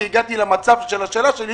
כאשר שאלתי